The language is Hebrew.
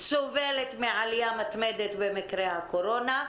סובלת מעלייה מתמדת במקרי הקורונה,